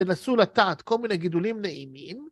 תנסו לטעת כל מיני גידולים נעימים.